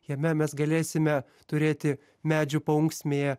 jame mes galėsime turėti medžių paunksmėje